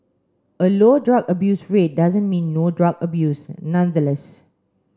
a low drug abuse rate doesn't mean no drug abuse nonetheless